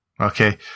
okay